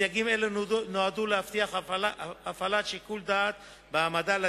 סייגים אלה נועדו להבטיח הפעלת שיקול דעת בהעמדה לדין,